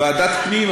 ועדת הפנים,